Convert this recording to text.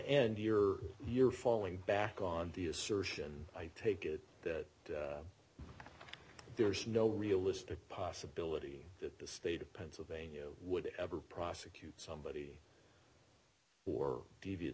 end you're you're falling back on the assertion i take it that there's no realistic possibility that the state of pennsylvania would ever prosecute somebody or devi